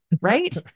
right